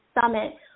summit